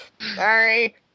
sorry